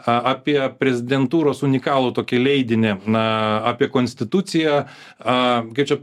apie prezidentūros unikalų tokį leidinį na apie konstituciją a kaip čia